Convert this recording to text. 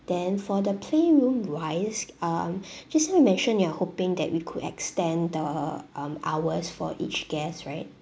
then for the playroom wise um just now you mentioned you are hoping that we could extend the um hours for each guest right